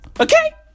okay